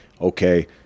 okay